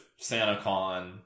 Santacon